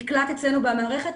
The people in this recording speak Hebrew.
נקלט אצלנו במערכת,